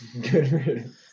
Good